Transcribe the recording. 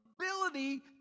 ability